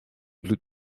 bloed